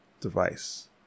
Device